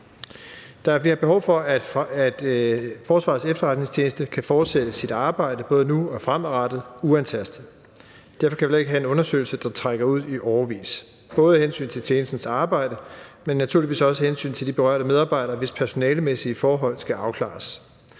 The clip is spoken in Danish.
bliver behov for, at Forsvarets Efterretningstjeneste kan fortsætte sit arbejde både nu og fremadrettet uantastet. Derfor kan vi ikke have en undersøgelse, der trækker ud i årevis – både af hensyn til tjenestens arbejde, men naturligvis også af hensyn til de berørte medarbejdere, hvis personalemæssige forhold skal afklares.